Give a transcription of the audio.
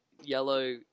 yellow